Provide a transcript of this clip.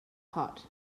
hot